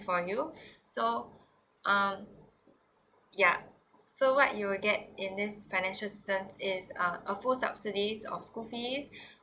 for you so um ya so what you will get in this financial assistance is uh a full subsidies of school fees